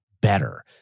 better